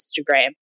Instagram